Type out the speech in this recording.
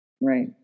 Right